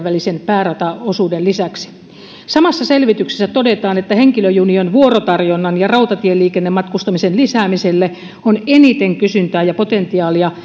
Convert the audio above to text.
välisen päärataosuuden lisäksi samassa selvityksessä todetaan että henkilöjunien vuorotarjonnan ja rautatieliikennematkustamisen lisäämiselle on eniten kysyntää ja potentiaalia